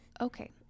Okay